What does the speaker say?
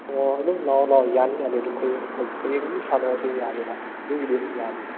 ꯑꯣ ꯑꯗꯨꯝ ꯂꯥꯛꯑꯣ ꯂꯥꯛꯑꯣ ꯌꯥꯅꯤ ꯌꯥꯅꯤ ꯑꯗꯨꯝ ꯑꯩ ꯍꯌꯦꯡ ꯍꯌꯦꯡ ꯑꯗꯨꯝ ꯁꯥꯟꯅꯔꯁꯨ ꯌꯥꯅꯤꯗ ꯑꯗꯨꯒꯤꯗꯤ ꯑꯗꯨꯝ ꯌꯥꯅꯤ